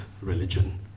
religion